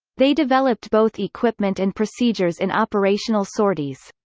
they developed both equipment and procedures in operational sorties.